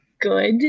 good